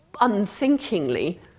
unthinkingly